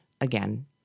Again